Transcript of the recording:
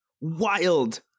wild